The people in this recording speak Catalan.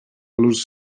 los